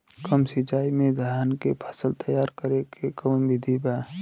कम सिचाई में धान के फसल तैयार करे क कवन बिधि बा?